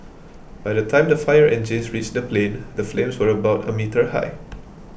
by the time the fire engines reached the plane the flames were about a meter high